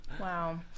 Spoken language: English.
Wow